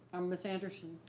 um ms. anderson.